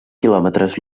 quilòmetres